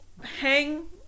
hang